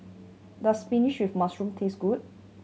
does spinach with mushroom taste good